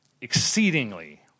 exceedingly